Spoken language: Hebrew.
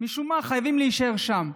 משום מה, חייבים להישאר שם.